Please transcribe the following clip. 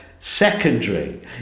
Secondary